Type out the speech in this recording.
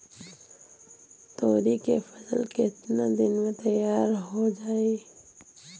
तोरी के फसल केतना दिन में तैयार हो जाई?